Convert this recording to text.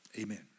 Amen